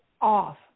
off